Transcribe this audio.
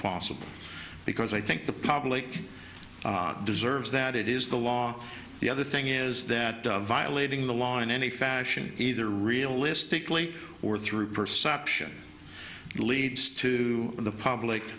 possible because i think the public deserves that it is the law the other thing is that violating the law in any fashion either realistically or through perception leads to the public